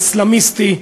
האסלאמיסטי,